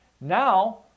now